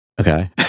Okay